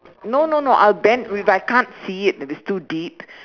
no no no I'll bend if I can't see it if it's too deep